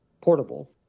portable